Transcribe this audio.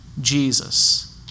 Jesus